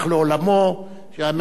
שהיה עוד מהכנסת השלישית,